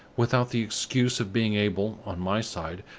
without the excuse of being able, on my side,